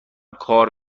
کار